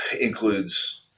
includes